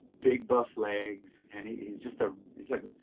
big buff legs and he's just, ah he's like,